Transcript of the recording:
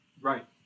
Right